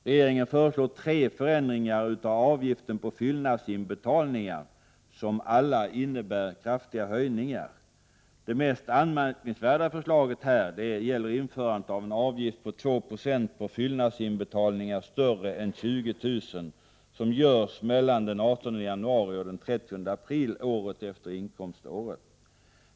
Regeringen föreslår tre förändringar av avgiften på fyllnadsinbetalningar som alla innebär kraftiga höjningar. Det mest anmärkningsvärda förslaget gäller införandet av en avgift på 2 Jo på fyllnadsinbetalningar större än 20 000 kr. som görs mellan den 18 januari och den 30 april året efter inkomståret.